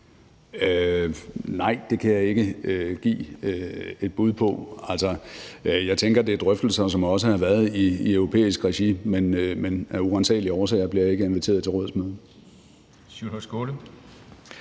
Nej, det kan jeg ikke give et bud på. Jeg tænker, at det er drøftelser, som også har været i europæisk regi, men af uransagelige årsager bliver jeg ikke inviteret til rådsmøder.